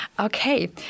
Okay